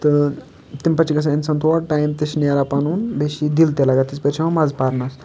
تہٕ تمہِ پَتہٕ چھ گژھان اِنسان تور ٹایم تہِ چھ نیران پَنُن بیٚیہِ چھ دِل تہِ لَگان تِتھ پٲٹھۍ چھُ یِوان مَزٕ پَرنس